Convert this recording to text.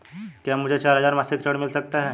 क्या मुझे चार हजार मासिक ऋण मिल सकता है?